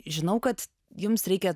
žinau kad jums reikia